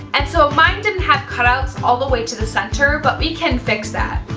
and so ah mine didn't have cut-outs all the way to the center, but we can fix that!